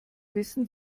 wissen